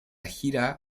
gira